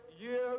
years